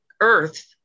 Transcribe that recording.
earth